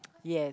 yes